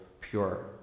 pure